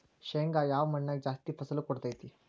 ಶೇಂಗಾ ಯಾವ ಮಣ್ಣಾಗ ಜಾಸ್ತಿ ಫಸಲು ಕೊಡುತೈತಿ?